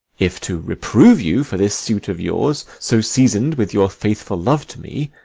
if to reprove you for this suit of yours, so season'd with your faithful love to me,